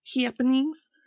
Happenings